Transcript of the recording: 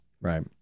right